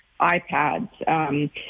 iPads